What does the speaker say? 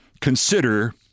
consider